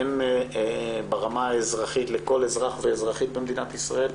הן ברמה האזרחית לכל אזרח ואזרחית במדינת ישראל,